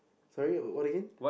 sorry what again